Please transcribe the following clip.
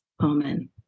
Amen